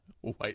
White